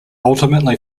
ultimately